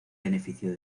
beneficio